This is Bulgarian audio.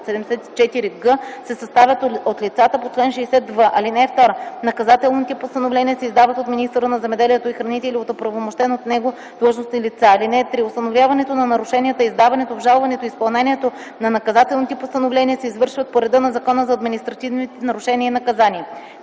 74г се съставят от лицата по чл. 60в. (2) Наказателните постановления се издават от министъра на земеделието и храните или от упълномощени от него длъжностни лица. (3) Установяването на нарушенията, издаването, обжалването и изпълнението на наказателните постановления се извършват по реда на Закона за административните нарушения и наказания.”